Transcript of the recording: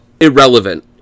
irrelevant